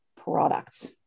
products